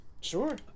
Sure